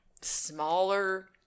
smaller